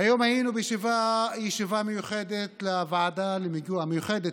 היום היינו בישיבה מיוחדת של הוועדה המיוחדת